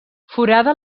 forada